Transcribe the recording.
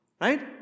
right